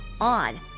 on